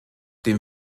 dem